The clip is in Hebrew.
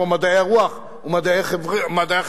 כמו מדעי הרוח ומדעי החברה.